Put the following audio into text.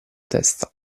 testa